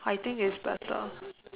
I think it's better